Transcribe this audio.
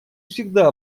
всегда